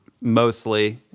mostly